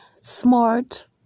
smart